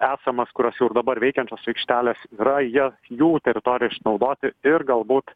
esamas kurios jau ir dabar veikiančios aikštelės yra ja jų teritoriją išnaudoti ir galbūt